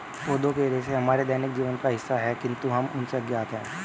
पौधों के रेशे हमारे दैनिक जीवन का हिस्सा है, किंतु हम उनसे अज्ञात हैं